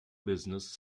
business